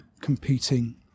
competing